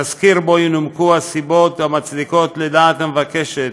תסקיר שבו מפורטות הסיבות המצדיקות, לדעת המבקשת,